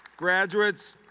graduates,